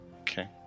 Okay